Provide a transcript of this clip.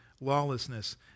lawlessness